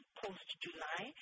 post-July